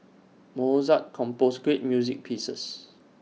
Mozart composed great music pieces